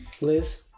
Liz